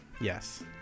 Yes